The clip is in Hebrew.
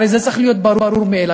הרי זה צריך להיות ברור מאליו.